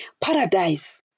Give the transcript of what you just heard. paradise